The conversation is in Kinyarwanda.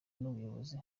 n’ubuyobozi